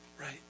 right